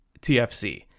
tfc